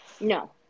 No